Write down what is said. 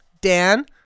Dan